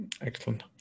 Excellent